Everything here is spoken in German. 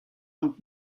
und